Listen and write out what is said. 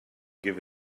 give